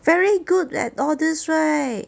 very good at all these right